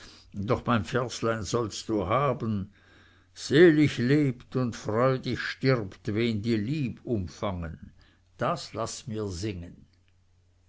doch mein verslein sollst du haben selig lebt und freudig stirbt wen die lieb umfangen das laß mir singen